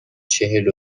چهل